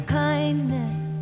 kindness